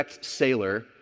sailor